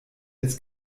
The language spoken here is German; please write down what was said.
als